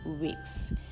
weeks